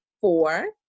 four